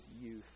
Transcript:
youth